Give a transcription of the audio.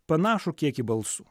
panašų kiekį balsų